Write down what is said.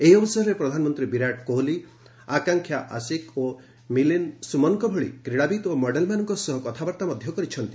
ଏହି ଅବସରରେ ପ୍ରଧାନମନ୍ତ୍ରୀ ବିରାଟ କୋହଲି ଆକ୍ୟାକ୍ଷା ଆଶିକ ଓ ମିଲିନ୍ଦ ସୁମନଙ୍କ ଭଳି କ୍ରୀଡାବିତ୍ ଓ ମଡେଲମାନଙ୍କ ସହ କଥାବାର୍ତ୍ତା କରିଛନ୍ତି